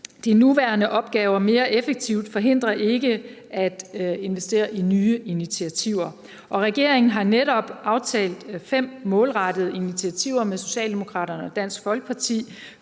de nuværende opgaver mere effektivt forhindrer ikke investering i nye initiativer. Regeringen har netop aftalt fem målrettede initiativer med Socialdemokraterne og Dansk Folkeparti